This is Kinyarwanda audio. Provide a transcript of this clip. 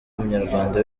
umunyarwanda